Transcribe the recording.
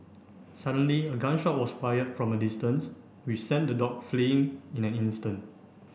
suddenly a gun shot was fired from a distance which sent the dog fleeing in an instant